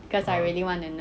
ah